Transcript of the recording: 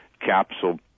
capsule